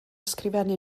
ysgrifennu